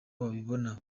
babibona